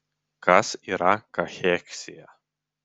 kas yra kacheksija